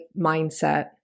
mindset